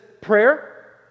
prayer